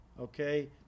okay